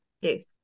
Yes